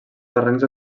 barrancs